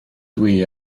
dwi